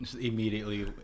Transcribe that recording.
Immediately